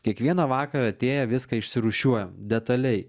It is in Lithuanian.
kiekvieną vakarą atėję viską išsirūšiuojam detaliai